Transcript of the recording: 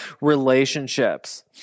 relationships